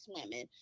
swimming